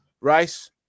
rice